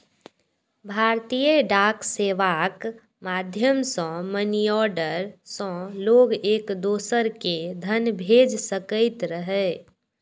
भारतीय डाक सेवाक माध्यम सं मनीऑर्डर सं लोग एक दोसरा कें धन भेज सकैत रहै